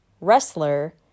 wrestler